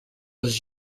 was